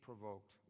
provoked